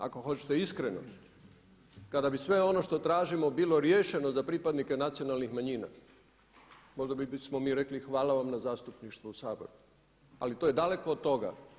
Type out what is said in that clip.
Ako hoćete iskreno, kada bi sve ono što tražimo bilo riješeno za pripadnike nacionalnih manjina, možda bismo mi rekli hvala vam na zastupništvo u Saboru, ali to je daleko od toga.